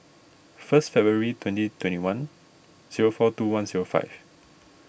first February twenty twenty one zero four two one zero five